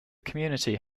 community